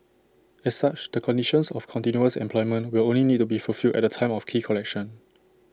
as such the conditions of continuous employment will only need to be fulfilled at the time of key collection